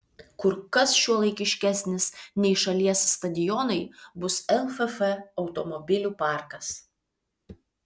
kur kas šiuolaikiškesnis nei šalies stadionai bus lff automobilių parkas